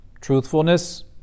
truthfulness